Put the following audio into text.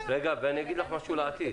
ואני אגיד לך משהו לעתיד,